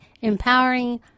empowering